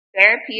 therapy